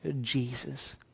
jesus